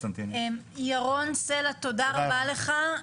ירון סלע, תודה רבה לך.